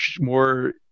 more